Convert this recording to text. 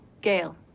Gail